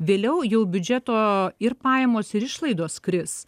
vėliau jau biudžeto ir pajamos ir išlaidos kris